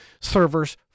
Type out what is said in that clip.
servers